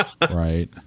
Right